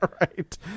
right